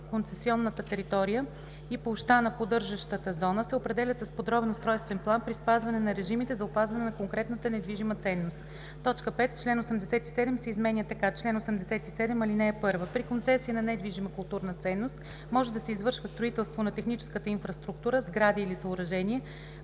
Концесионната територия и площта на поддържащата зона се определят с подробен устройствен план при спазване на режимите за опазване на конкретната недвижима ценност.“ 5. Член 87 се изменя така: „Чл. 87. (1) При концесия за недвижима културна ценност може да се извършва строителство на техническа инфраструктура, сгради или съоръжения